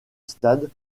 stade